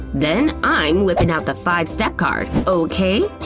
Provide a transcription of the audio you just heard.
then i'm whipping out the five steps card, okay?